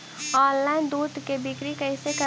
Online दुध के बिक्री कैसे करि?